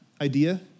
idea